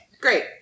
great